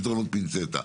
פינצטה,